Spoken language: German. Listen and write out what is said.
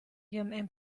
ihrem